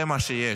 זה מה שיש,